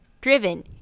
driven